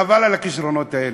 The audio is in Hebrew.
חבל על הכישרונות האלה.